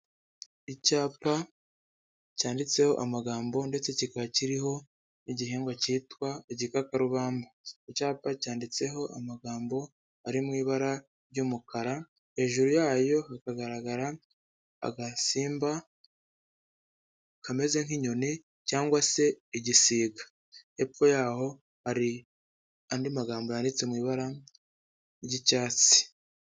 Icyapa cyanditseho amagambo ndetse kikaba kiriho n'igihingwa cyitwa igikakarubamba. Icyapa cyanditseho amagambo ari mu ibara ry'umukara hejuru yayo hakagaragara agasimba kameze nk'inyoni cyangwa se igisiga. Hepfo ya ho hari andi magambo yanditse mu ibara ry'icyatsi.